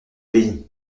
pays